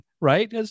right